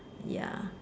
ya